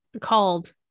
called